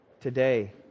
today